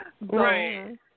Right